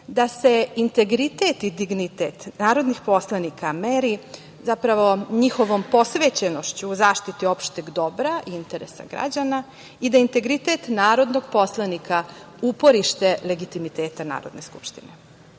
da se integritet i dignitet narodnih poslanika meri zapravo njihovom posvećenošću zaštiti opšteg dobra i interesa građana i da je integritet narodnog poslanika uporište legitimiteta Narodne skupštine. Postavlja